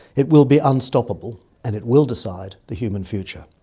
it will be unstoppable and it will decide the human future.